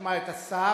נשמע את השר,